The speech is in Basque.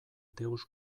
deus